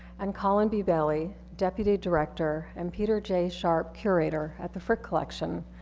and colin b. bailey, deputy director, and peter jay sharp, curator at the frick collection.